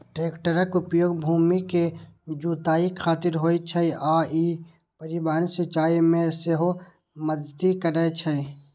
टैक्टरक उपयोग भूमि के जुताइ खातिर होइ छै आ ई परिवहन, सिंचाइ मे सेहो मदति करै छै